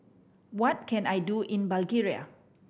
what can I do in Bulgaria